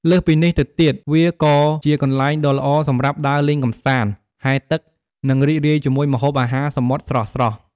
លើសពីនេះទៅទៀតវាក៏ ជាកន្លែងដ៏ល្អសម្រាប់ដើរលេងកម្សាន្ត ហែលទឹក និងរីករាយជាមួយម្ហូបអាហារសមុទ្រស្រស់ៗ។